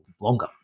longer